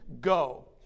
go